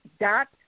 dot